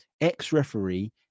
Ex-referee